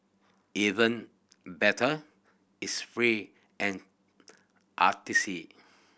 even better it's free and artsy